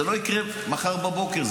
זה לא יקרה מחר בבוקר,